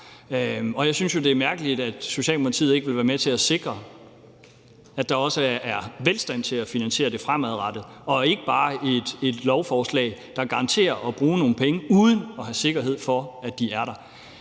Og jeg synes jo, det er mærkeligt, at Socialdemokratiet ikke vil være med til at sikre, at der også er velstand til at finansiere det fremadrettet, men bare fremsætter et lovforslag, der garanterer at bruge nogle penge uden at have sikkerhed for, at de er der.